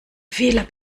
fehler